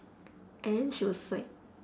and then she was like